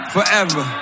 Forever